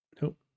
Nope